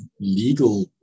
legal